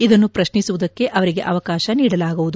ಇದನ್ನು ಪ್ರಶ್ನಿಸುವುದಕ್ಕೆ ಅವರಿಗೆ ಅವಕಾಶ ನೀಡಲಾಗುವುದು